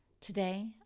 Today